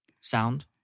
sound